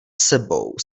sebou